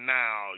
now